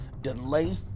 delay